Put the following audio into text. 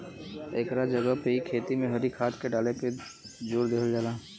एकरा जगह पे इ खेती में हरी खाद के डाले पे जोर देहल जाला